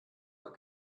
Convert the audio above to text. war